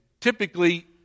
typically